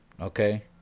Okay